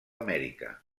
amèrica